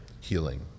healing